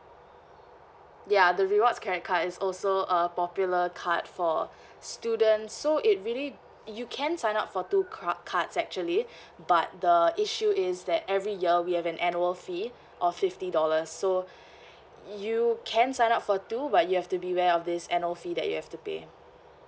ya the rewards credit card is also a popular card for students so it really you can sign up for two ca~ cards actually but the issue is that every year we have an annual fee of fifty dollars so you can sign up for two but you have to beware of this annual fee that you have to pay